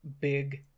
big